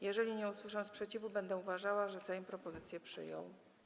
Jeżeli nie usłyszę sprzeciwu, będę uważała, że Sejm propozycję przyjął.